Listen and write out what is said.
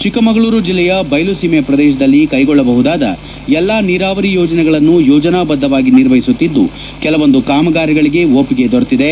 ಚಿಕ್ಕ ಮಗಳೂರು ಜಿಲ್ಲೆಯ ಬಯಲು ಸೀಮೆ ಪ್ರದೇಶದಲ್ಲಿ ಕೈಗೊಳ್ಳಬಹುದಾದ ಎಲ್ಲಾ ನೀರಾವರಿ ಯೋಜನೆಗಳನ್ನು ಯೋಜನಾಬದ್ದವಾಗಿ ನಿರ್ವಹಿಸುತ್ತಿದ್ದು ಕೆಲವೊಂದು ಕಾಮಗಾರಿಗಳಿಗೆ ಒಪ್ಪಿಗೆ ದೊರೆತಿದೆ